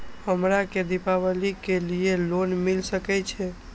हमरा के दीपावली के लीऐ लोन मिल सके छे?